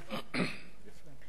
כמו כן,